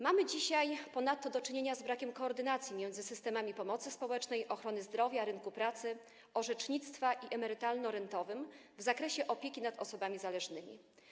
Mamy dzisiaj ponadto do czynienia z brakiem koordynacji między systemami pomocy społecznej, ochrony zdrowia, rynku pracy, orzecznictwa i emerytalno-rentowym w zakresie opieki nad osobami zależnymi.